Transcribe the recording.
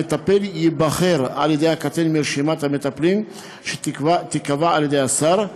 המטפל ייבחר על ידי הקטין מרשימת המטפלים שתיקבע על ידי השר.